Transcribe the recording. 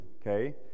okay